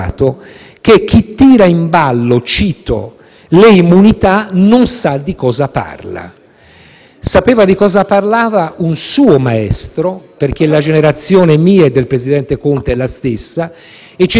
sapeva di cosa parlava un suo maestro. E poiché la generazione mia e del presidente Conte è la stessa, noi ci siamo formati, pure se in facoltà diverse, sullo stesso testo, che è quello di Costantino Mortati.